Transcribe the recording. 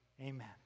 Amen